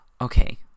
Okay